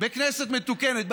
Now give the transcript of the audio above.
בכנסת מתוקנת.